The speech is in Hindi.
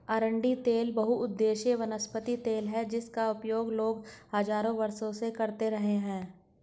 अरंडी तेल बहुउद्देशीय वनस्पति तेल है जिसका उपयोग लोग हजारों वर्षों से करते रहे हैं